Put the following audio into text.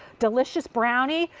delicious brownie.